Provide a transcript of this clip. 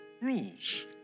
rules